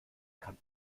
kann